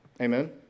amen